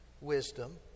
wisdom